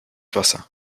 wasser